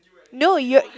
no you